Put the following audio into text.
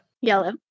Yellow